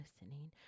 listening